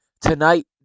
tonight